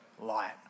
Light